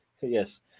Yes